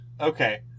Okay